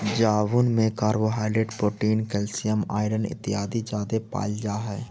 जामुन में carbohydrate protein calcium iron इत्यादि जादे पायल जा हई